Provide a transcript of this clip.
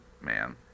man